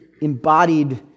embodied